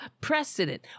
precedent